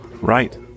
right